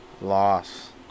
loss